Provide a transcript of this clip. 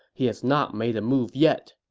he has not made a move yet.